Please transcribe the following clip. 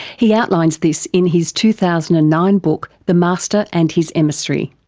he outlines this in his two thousand and nine book the master and his emissary.